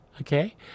Okay